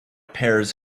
pears